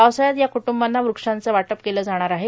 पावसाळ्यात या कुटुंबांना वृक्षांचे वाटप केले जाणार आहेत